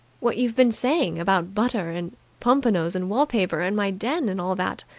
what you've been saying about butter and pompanos and wall-paper and my den and all that?